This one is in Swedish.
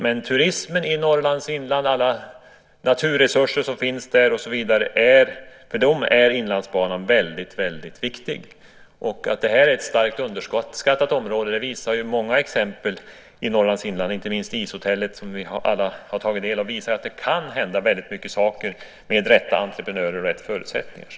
Men turismen i Norrlands inland, alla naturresurser som finns där och så vidare: För dem är Inlandsbanan väldigt viktig. Att det här är ett starkt underskattat område visar ju många exempel i Norrlands inland, inte minst Ishotellet som vi ju alla känner till. Det visar att det kan hända väldigt mycket saker med rätta entreprenörer och rätt förutsättningar.